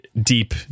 Deep